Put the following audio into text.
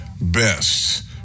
best